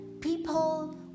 people